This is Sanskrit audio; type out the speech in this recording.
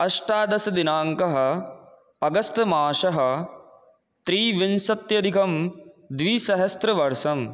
अष्टादशदिनाङ्कः अगस्त् मासः त्रिविंशत्यधिकं द्विसहस्रवर्षं